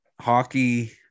hockey